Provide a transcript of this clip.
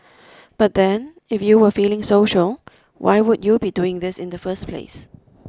but then if you were feeling social why would you be doing this in the first place